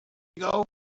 ago